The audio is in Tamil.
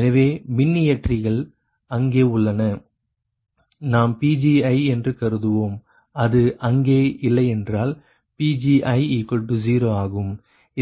எனவே மின்னியற்றிகள் அங்கே உள்ளன நாம் Pgi என்று கருதுவோம் இது அங்கே இல்லையென்றால் Pgi0 ஆகும்